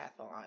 triathlon